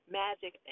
magic